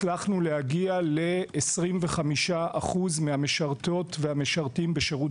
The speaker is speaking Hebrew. הצלחנו להגיע ל-25% מהמשרתות והמשרתים בשירות